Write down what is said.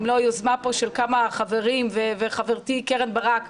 אם לא היוזמה פה של כמה חברים וחברתי קרן ברק,